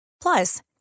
Plus